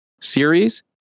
Series